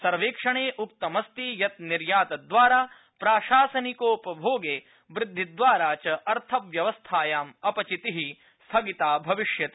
सर्वेक्षणे उक्तमस्ति यत् निर्यातद्वारा प्राशासनिकोपभोगे वृद्धिद्वारा च अर्थव्यवस्थायाम् अपचिति स्थगिता भविष्यति